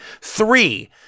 Three